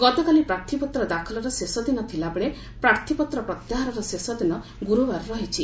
ଗତକାଲି ପ୍ରାର୍ଥୀପତ୍ର ଦାଖଲର ଶେଷ ଦିନ ଥିଲାବେଳେ ପ୍ରାର୍ଥୀପତ୍ର ପ୍ରତ୍ୟାହାରର ଶେଷ ଦିନ ଗୁରୁବାର ରହିଛି